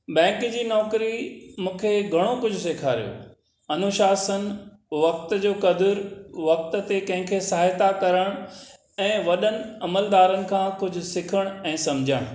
bank जी नौकरी मूंखे घणो कुझु सेखारियो अनुशासन वक़्त जो क़दुरु वक़्त ते कंहिंखे सहायता करण ऐं वॾनि अमलदारनि खां कुझु सिखण ऐं सम्झणु